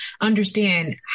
understand